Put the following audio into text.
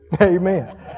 Amen